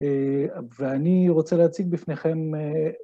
ואני רוצה להציג בפניכם...